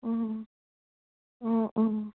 অঁ অঁ অঁ